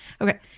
Okay